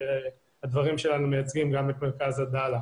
אבל הדברים שלנו מייצגים גם את מרכז עדאלה.